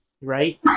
right